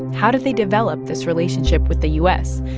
how did they develop this relationship with the u s?